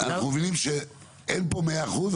אנחנו מבינים שאין פה 100 אחוז.